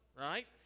right